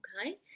okay